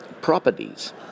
properties